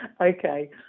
Okay